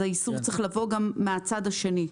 האיסור צריך לבוא גם מהצד השני.